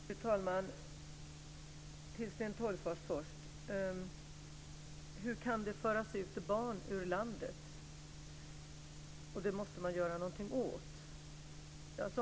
Fru talman! Jag ska först ta upp Sten Tolgfors fråga om hur det kan föras ut barn ur landet och att man måste göra något åt det.